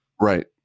Right